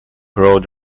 road